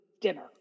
dinner